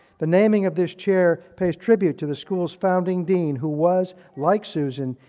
the naming of this chair pays tribute to the school's founding dean, who was like susan,